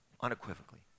unequivocally